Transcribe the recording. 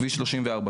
כביש 34,